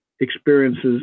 experiences